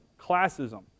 classism